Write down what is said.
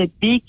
big